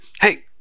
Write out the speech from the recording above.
Hey